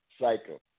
cycle